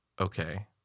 Okay